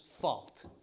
fault